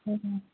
हजुर